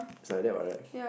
it's like that what right